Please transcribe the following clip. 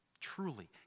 Truly